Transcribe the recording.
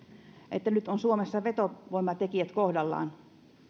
että nyt on suomessa vetovoimatekijät kohdallaan